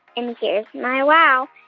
and here's my wow.